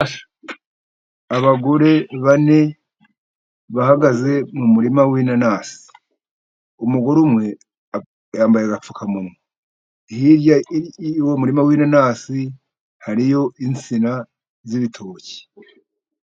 Abagore bane bahagaze mu murima w'inanasi, umugore umwe yambaye agapfukamunwa, hirya y'uwo murima w'inasi hariyo insina z'ibitoki.